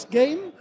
game